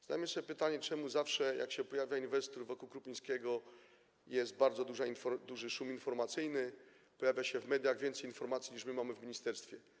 Zadajmy sobie pytanie, czemu zawsze, jak się pojawia inwestor, wokół Krupińskiego jest bardzo duży szum informacyjny, pojawia się w mediach więcej informacji, niż my mamy w ministerstwie.